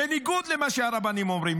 בניגוד למה שהרבנים אומרים,